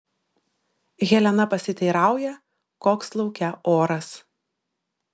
helena pasiteirauja koks lauke oras